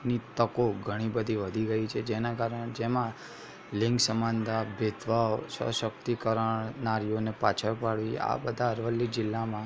ની તકો ઘણી બધી વધી ગઇ છે કે જેનાં કારણે જેમાં લિંગ સમાનતા ભેદભાવ સશક્તિકરણ નારીઓને પાછળ પાડવી આ બધા અરવલ્લી જિલ્લામાં